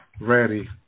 ready